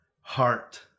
heart